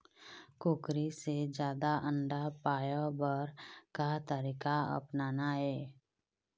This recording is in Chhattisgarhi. कुकरी से जादा अंडा पाय बर का तरीका अपनाना ये?